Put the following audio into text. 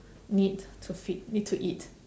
need to feed need to eat